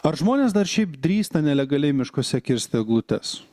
ar žmonės dar šiaip drįsta nelegaliai miškuose kirsti eglutes